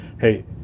hey